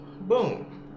boom